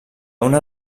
una